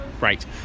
Right